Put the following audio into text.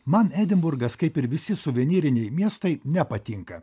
man edinburgas kaip ir visi suvenyriniai miestai nepatinka